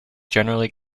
generally